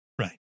Right